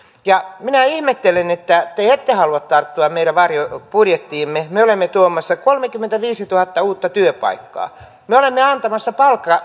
minä ihmettelen että te ette halua tarttua meidän varjobudjettiimme me olemme tuomassa kolmekymmentäviisituhatta uutta työpaikkaa me olemme antamassa